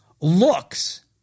looks